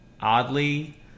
oddly